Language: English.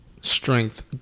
strength